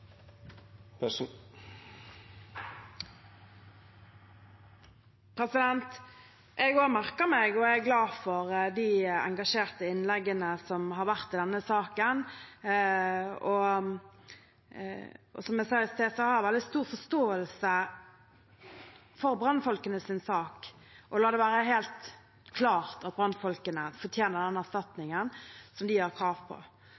Jeg har merket meg, og jeg er glad for, de engasjerte innleggene som har vært i denne saken. Som jeg sa i sted, har jeg veldig stor forståelse for brannfolkenes sak. La det være helt klart at brannfolkene fortjener den erstatningen som de har krav på.